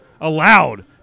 allowed